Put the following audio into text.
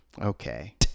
Okay